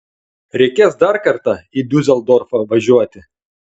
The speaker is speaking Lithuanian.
reikės dar kartą į diuseldorfą važiuoti